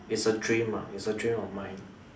is a dream ah is a dream of mine